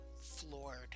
floored